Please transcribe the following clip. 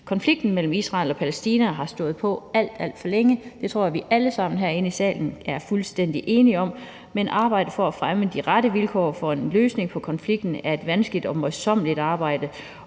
Konflikten mellem Israel og Palæstina har stået på alt, alt for længe. Det tror jeg at vi alle sammen herinde i salen er fuldstændig enige om. Men arbejdet for at fremme de rette vilkår for en løsning på konflikten er et vanskeligt og møjsommeligt arbejde,